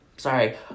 sorry